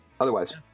otherwise